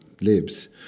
lives